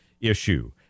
issue